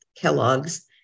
Kellogg's